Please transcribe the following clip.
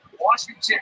Washington